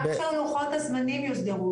רק שלוחות הזמנים יוסדרו,